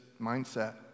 mindset